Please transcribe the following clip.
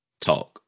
Talk